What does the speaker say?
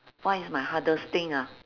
what is my hardest thing ah